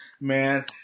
man